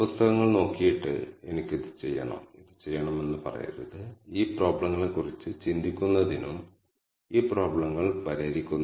അതുകൊണ്ടാണ് ഈ K 3 എനിക്ക് എന്റെ ഒപ്റ്റിമൽ ക്ലസ്റ്ററുകളായി തിരഞ്ഞെടുക്കാൻ കഴിയുന്നത്